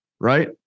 right